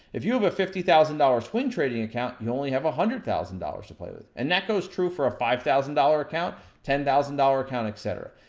if you have a fifty thousand dollars swing trading account, you only have one hundred thousand dollars to play with. and that goes true for a five thousand dollars account, ten thousand dollars account, et cetera.